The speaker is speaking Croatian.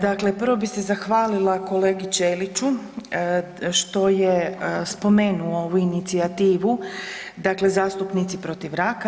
Dakle, prvo bih se zahvalila kolegi Ćeliću što je spomenuo ovu inicijativu dakle zastupnici protiv raka.